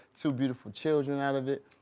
two beautiful children out of it.